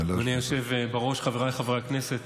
אדוני היושב בראש, חבריי חברי הכנסת,